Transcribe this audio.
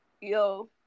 Yo